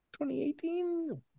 2018